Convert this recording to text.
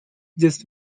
just